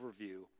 overview